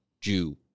Jew